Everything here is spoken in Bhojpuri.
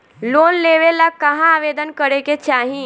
लोन लेवे ला कहाँ आवेदन करे के चाही?